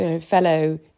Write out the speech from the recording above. fellow